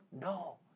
No